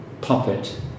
puppet